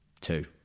Two